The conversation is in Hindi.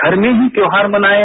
घर में ही त्योहार मनाएं